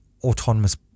Autonomous